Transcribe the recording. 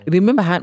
Remember